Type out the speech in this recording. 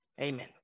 amen